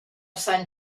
sant